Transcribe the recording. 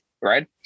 right